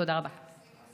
תודה רבה.